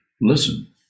listen